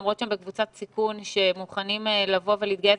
למרות שהם בקבוצת סיכון שמוכנים לבוא ולהתגייס,